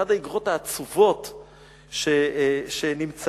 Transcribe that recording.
אחת האיגרות העצובות שנמצאו,